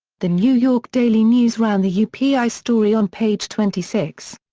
the new york daily news ran the yeah upi story on page twenty six.